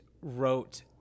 wrote